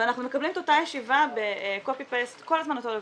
ואנחנו מקבלים את אותה ישיבה בקופי פייסט כל הזמן אותו דבר.